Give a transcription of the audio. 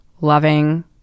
loving